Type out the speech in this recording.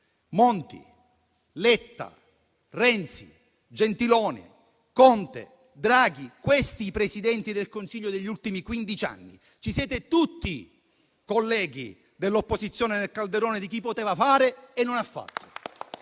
Monti, Letta, Renzi, Gentiloni Silveri, Conte, Draghi: questi i Presidenti del Consiglio degli ultimi quindici anni. Ci siete tutti, colleghi dell'opposizione, nel calderone di chi poteva fare e non ha fatto.